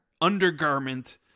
undergarment